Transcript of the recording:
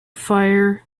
fire